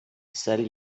sell